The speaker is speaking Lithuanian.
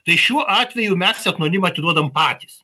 tai šiuo atveju mes etnonimą atiduodam patys